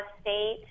state